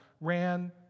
ran